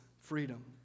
freedom